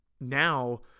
now